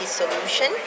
solution